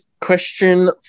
question